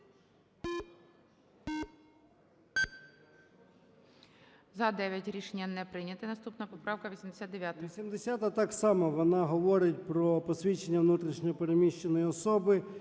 За-9 Рішення не прийнято. Наступна поправка 89.